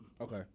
Okay